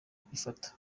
kwifata